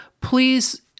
please